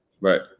Right